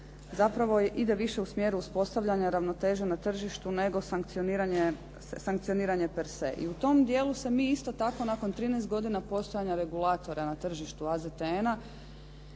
zapravo ide više u smjeru uspostavljanja ravnoteže na tržištu nego sankcioniranje perse. I u tom dijelu se mi isto tako nakon 13 godina postojanja regulatora na tržištu AZTN-a